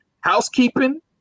housekeeping